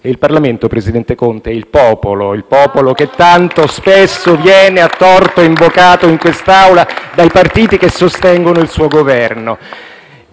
Il Parlamento, presidente Conte, è il popolo, quel popolo che tanto - spesso - a torto viene invocato in quest'Aula dai partiti che sostengono il suo Governo.